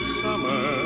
summer